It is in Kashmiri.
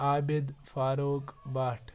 عابِد فاروق بٹ